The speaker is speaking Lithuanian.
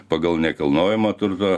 pagal nekilnojamo turto